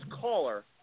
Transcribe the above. caller